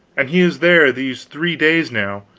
and he is there these three days now,